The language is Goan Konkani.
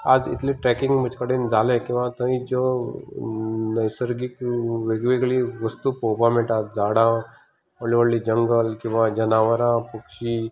आज इतलें ट्रेकिंग म्हजें कडेन जालें किंवां थंय ज्यो नैसर्गीक वेगवेगळी वस्तूं पळोवपाक मेळटात झाडां व्हडली व्हडली जंगल किंवां जनावरां खुबशीं